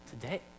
today